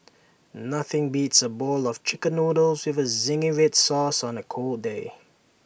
nothing beats A bowl of Chicken Noodles with Zingy Red Sauce on A cold day